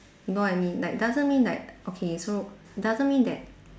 know what I mean like doesn't mean like okay so doesn't mean that